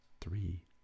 three